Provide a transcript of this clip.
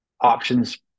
options